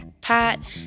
Pat